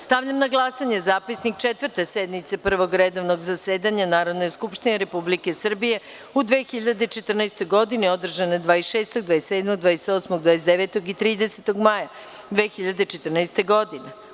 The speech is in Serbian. Stavljam na glasanje Zapisnik Četvrte sednice Prvog redovnog zasedanja Narodne skupštine Republike Srbije u 2014. godini, održane 26, 27, 28, 29. i 30. maja 2014. godine.